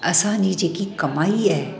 असांजी जेकी क़माई आहे